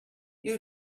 you